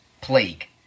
plague